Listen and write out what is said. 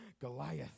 Goliath